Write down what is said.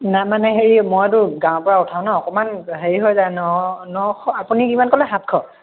নাই মানে হেৰি মইটো গাঁৱৰ পৰা উঠাও ন অকণমান হেৰি হৈ যায় ন নশ আপুনি কিমান ক'লে সাতশ